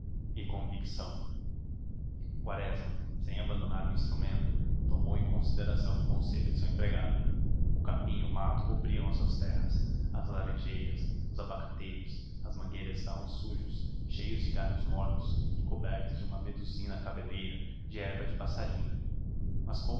e convicção quaresma sem abandonar o instrumento tomou em consideração o conselho de seu empregado o capim e o mato cobriam as suas terras as laranjeiras os abacateiros as mangueiras estavam sujos cheios de galhos mortos e cobertos de uma medusina cabeleira de erva de passarinho mas